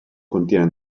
contiene